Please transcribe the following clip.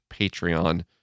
Patreon